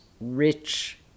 rich